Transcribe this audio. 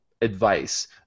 Advice